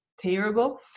terrible